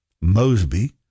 Mosby